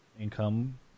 income